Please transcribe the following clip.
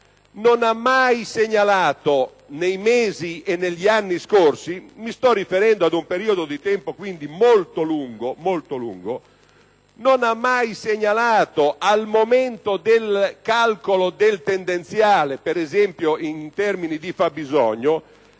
non ha mai segnalato, nei mesi e negli anni scorsi - mi sto riferendo, quindi, ad un periodo di tempo molto lungo - al momento del calcolo del tendenziale, per esempio in termini di fabbisogno,